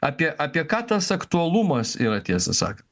apie apie ką tas aktualumas yra tiesą sakant